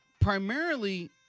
primarily